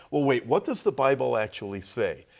well, wait what does the bible actually say?